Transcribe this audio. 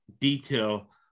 detail